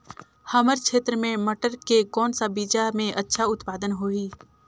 हमर क्षेत्र मे मटर के कौन सा बीजा मे अच्छा उत्पादन होही?